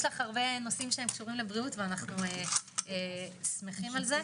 יש לך הרבה נושאים שקשורים לבריאות ואנו שמחים על זה.